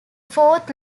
fourth